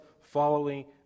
following